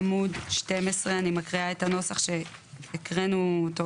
עמוד 12 אני מקריאה את הנוסח שהקראנו אותו